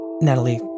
Natalie